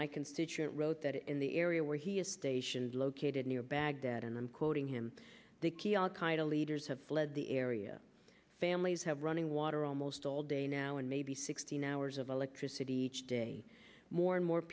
my constituent wrote that in the area where he has stations located near baghdad and i'm quoting him the key al qaeda leaders have fled the area families have running water almost all day now and maybe sixteen hours of electricity each day more and more